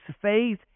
faith